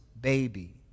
baby